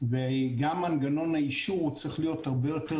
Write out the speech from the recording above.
וגם מנגנון האישור צריך להיות הרבה יותר